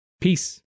Peace